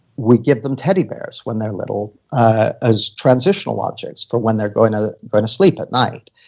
we give them teddy bears when they're little ah as transitional objects for when they're going to going to sleep at night.